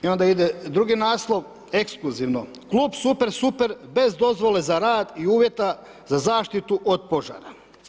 Onda ide drugi naslov: „Exkluzivno – Klub super, super bez dozvole za rad i uvjeta za zaštitu od požara“